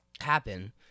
happen